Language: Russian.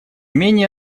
менее